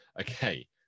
Okay